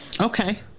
Okay